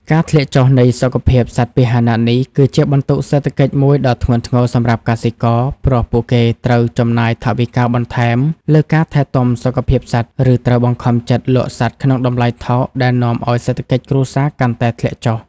ការធ្លាក់ចុះនៃសុខភាពសត្វពាហនៈនេះ គឺជាបន្ទុកសេដ្ឋកិច្ចមួយដ៏ធ្ងន់ធ្ងរសម្រាប់កសិករ ព្រោះពួកគេត្រូវចំណាយថវិកាបន្ថែមលើការថែទាំសុខភាពសត្វ ឬត្រូវបង្ខំចិត្តលក់សត្វក្នុងតម្លៃថោក ដែលនាំឱ្យសេដ្ឋកិច្ចគ្រួសារកាន់តែធ្លាក់ចុះ។